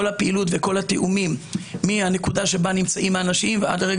הפעילות וכל התיאומים מהנקודה שבה נמצאים האנשים ועד הרגע